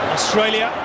Australia